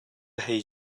hei